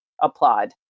applaud